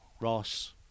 Ross